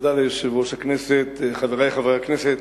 תודה ליושב-ראש הכנסת, חברי חברי הכנסת,